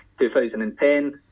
2010